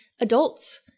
adults